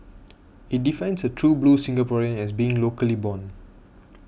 it defines a true blue Singaporean as being locally born